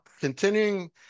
continuing